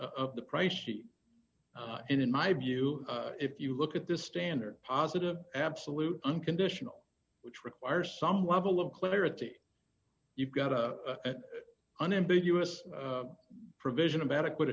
of the price sheet in my view if you look at this standard positive absolute unconditional which requires some level of clarity you've got a unambiguous provision of adequate